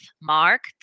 Mark